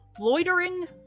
loitering